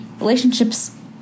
Relationships